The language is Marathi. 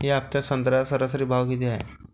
या हफ्त्यात संत्र्याचा सरासरी भाव किती हाये?